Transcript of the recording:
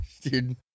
dude